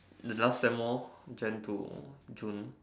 the last sem lor Jan to June